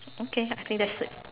okay I think that's it